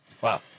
Wow